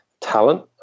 talent